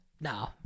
No